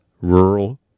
Rural